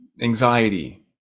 anxiety